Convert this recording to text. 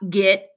get